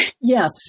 Yes